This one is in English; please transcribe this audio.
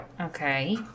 Okay